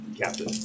Captain